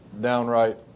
downright